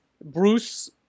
Bruce